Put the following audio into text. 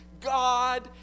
God